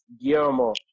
Guillermo